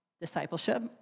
discipleship